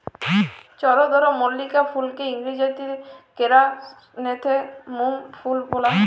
চলদরমল্লিকা ফুলকে ইংরাজিতে কেরাসনেথেমুম ফুল ব্যলা হ্যয়